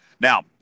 Now